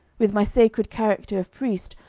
with my sacred character of priest,